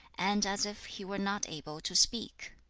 and as if he were not able to speak.